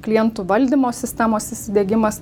klientų valdymo sistemos įsidiegimas